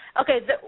Okay